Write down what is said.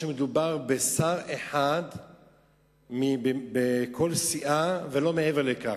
מדובר בשר אחד מכל סיעה ולא מעבר לכך.